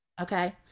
Okay